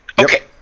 okay